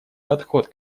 подход